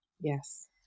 Yes